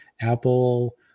Apple